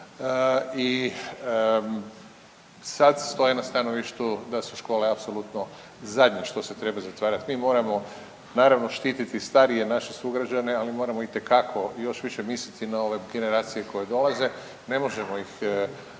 i sad stoje na stanovištu da su škole apsolutno zadnje što se treba zatvarati. Mi moramo naravno štititi starije naše sugrađane ali moramo itekako još više misliti na ove generacije koje dolaze. Ne možemo ih